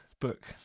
book